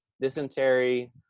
dysentery